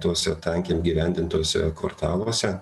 tuose tankiai apgyvendintuose kvartaluose